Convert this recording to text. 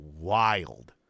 wild